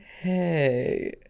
hey